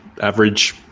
average